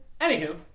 Anywho